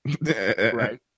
right